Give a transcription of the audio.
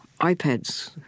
iPads